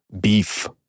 Beef